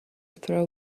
throw